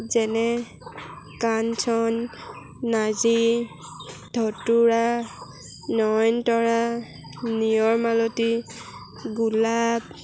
যেনে কাঞ্চন নাৰ্জি ধতুৰা নয়নতৰা নিয়ৰমালতী গোলাপ